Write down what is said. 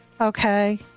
Okay